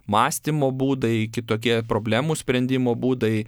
mąstymo būdai kitokie problemų sprendimo būdai